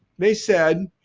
they said,